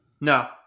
no